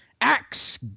Axe